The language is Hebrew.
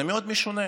זה מאוד משונה.